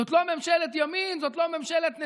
זאת לא ממשלת ימין, זאת לא ממשלת נתניהו,